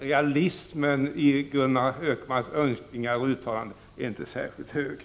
Realismen i Gunnar Hökmarks önskningar och uttalanden är inte särskilt stor.